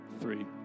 three